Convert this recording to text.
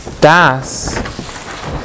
Das